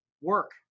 work